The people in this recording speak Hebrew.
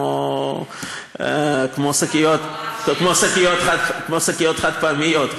כמו שקיות חד-פעמיות,